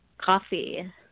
Coffee